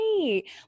great